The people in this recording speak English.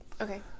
okay